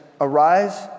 arise